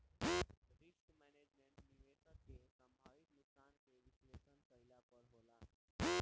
risk management, निवेशक के संभावित नुकसान के विश्लेषण कईला पर होला